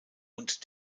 und